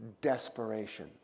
desperation